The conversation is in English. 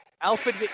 Alfred